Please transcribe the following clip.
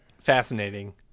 fascinating